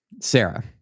Sarah